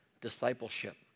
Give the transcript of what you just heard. Discipleship